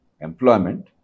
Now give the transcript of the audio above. employment